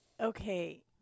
Okay